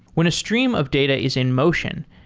when a stream of data is in motion,